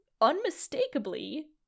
unmistakably